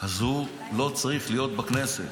אז הוא לא צריך להיות בכנסת,